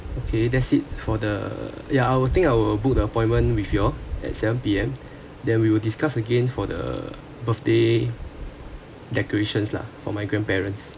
okay that's it for the yeah I would think I will book the appointment with you all at seven P_M then we will discuss again for the birthday decorations lah for my grandparents